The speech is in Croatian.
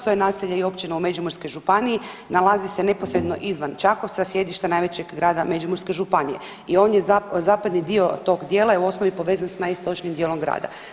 To je naselje i općina u Međimurskoj županiji, nalazi se neposredno izvan Čakovca, sjedišta najvećeg grada Međimurske županije i on je zapadni dio tog dijela i u osnovi povezan s najistočnijim dijelom grada.